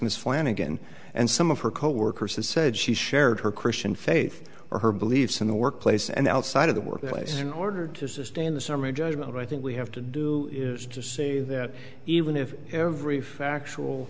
miss flannigan and some of her coworkers has said she shared her christian faith or her beliefs in the workplace and outside of the workplace in order to sustain the summary judgment i think we have to do is to say that even if every factual